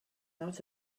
out